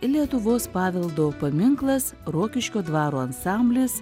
lietuvos paveldo paminklas rokiškio dvaro ansamblis